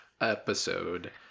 episode